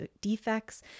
defects